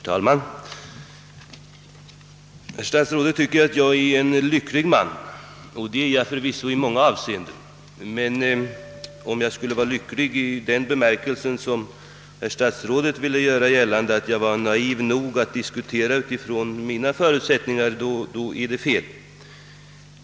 Herr talman! Statsrådet tycker att jag är en lycklig man, och det är jag förvisso i många avseenden. Men om han menar att jag skulle vara lycklig i den bemärkelsen som herr statsrådet vill göra gällande — att jag var naiv nog att diskutera från mina förutsättningar — då är det fel.